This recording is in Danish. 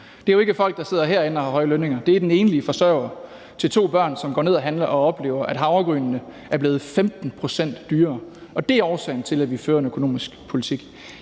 Det er jo ikke folk, der sidder herinde og har høje lønninger. Det er den enlige forsørger til to børn, som går ned og handler og oplever, at havregrynene er blevet 15 pct. dyrere, og det er årsagen til, at vi fører den økonomiske politik.